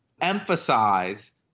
emphasize